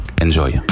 enjoy